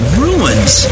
ruins